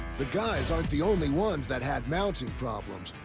the guys aren't the only ones that have mounting problems.